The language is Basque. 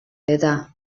eta